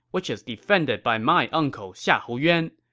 which is defended by my uncle xiahou yuan,